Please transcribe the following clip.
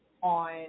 on